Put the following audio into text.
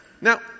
Now